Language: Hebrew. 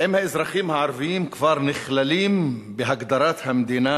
האם האזרחים הערבים כבר נכללים בהגדרת המדינה